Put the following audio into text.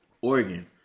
Oregon